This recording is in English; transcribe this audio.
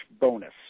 bonus